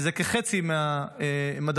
שזה כחצי מהמדפים,